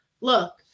look